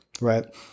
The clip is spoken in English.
right